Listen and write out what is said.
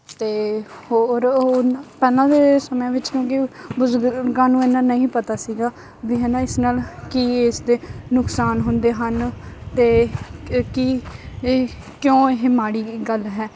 ਅਤੇ ਹੋਰ ਉਹ ਉਹਨਾਂ ਪਹਿਲਾਂ ਦੇ ਸਮੇਂ ਵਿੱਚ ਕਿਉਂਕਿ ਬਜ਼ੁਰਗਾਂ ਨੂੰ ਇਨਾ ਨਹੀਂ ਪਤਾ ਸੀਗਾ ਵੀ ਹੈ ਨਾ ਇਸ ਨਾਲ ਕੀ ਇਸਦੇ ਨੁਕਸਾਨ ਹੁੰਦੇ ਹਨ ਅਤੇ ਕ ਕੀ ਈ ਕਿਉਂ ਇਹ ਮਾੜੀ ਗੱਲ ਹੈ